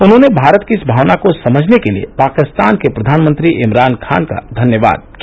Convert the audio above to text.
उन्होंने भारत की इस भावना को समझने के लिए पाकिस्तान के प्रधानमंत्री इमरान खान का धन्यवाद किया